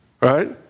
right